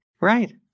Right